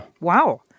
Wow